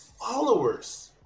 followers